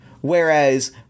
Whereas